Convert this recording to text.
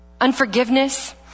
Unforgiveness